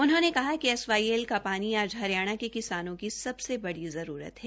उन्होंने कहा कि एसवाईएल का पानी आज हरियाणा के किसानों की सबसे बड़ी जरूरत है